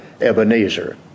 Ebenezer